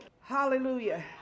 hallelujah